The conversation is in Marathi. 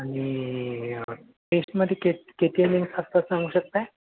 आणि टेस्ममध्ये के किती इनिंग्स असतात सांगू शकत आहात